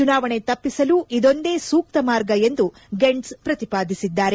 ಚುನಾವಣೆ ತಪ್ಪಿಸಲು ಇದೊಂದೇ ಸೂಕ್ತ ಮಾರ್ಗ ಎಂದು ಗೆಂಟ್ಸ್ ಪ್ರತಿಪಾದಿಸಿದ್ದಾರೆ